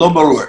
לא ברור.